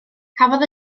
cafodd